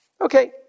Okay